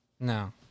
No